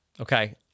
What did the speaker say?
Okay